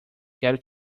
quero